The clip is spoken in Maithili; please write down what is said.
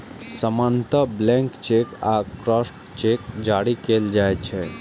सामान्यतः ब्लैंक चेक आ क्रॉस्ड चेक जारी कैल जाइ छै